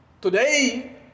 Today